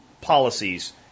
policies